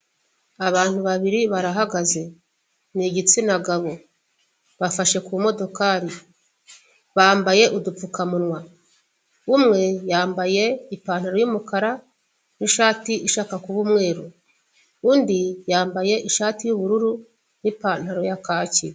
Abantu babiri barahagaze, n'igitsina gabo, bafashe ku modokari, bambaye udupfukamunwa umwe yambaye ipantaro y'umukara n'ishati ishaka kuba umweru, undi yambaye ishati y'ubururu n'ipantaro ya kaki.